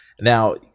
Now